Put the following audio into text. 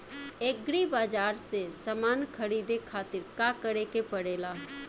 Agri बाज़ार से समान ख़रीदे खातिर का करे के पड़ेला?